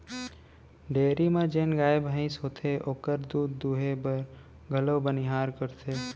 dairy म जेन गाय भईंस होथे ओकर दूद दुहे बर घलौ बनिहार रखथें